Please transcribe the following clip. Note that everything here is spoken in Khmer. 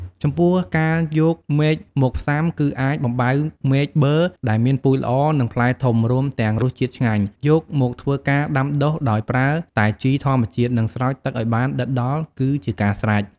ចំពោះការយកមែកមកផ្សាំ គឺអាចបំបៅមែកប័រ ដែលមានពូជល្អ និងផ្លែធំ រួមទាំងរសជាតិឆ្ងាញ់ យកមកធ្វើការដាំដុះ ដោយប្រើតែជីធម្មជាតិ និងស្រោចទឹកឲ្យបានដិតដល់ គឺជាការស្រេច។